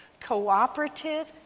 cooperative